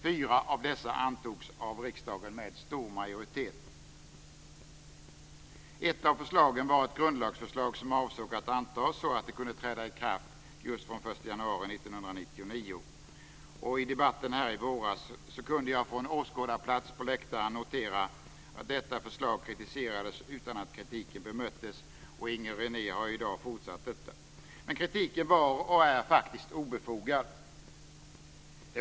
Fyra av dessa antogs av riksdagen med stor majoritet. Ett av förslagen var ett grundlagsförslag som avsågs bli antaget så att det kunde träda i kraft den 1 januari 1999. I debatten här i våras kunde jag från åskådarplats på läktaren notera att detta förslag kritiserades utan att kritiken bemöttes. Inger René har i dag fortsatt med kritiken, men denna var och är faktiskt obefogad.